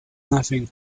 nothing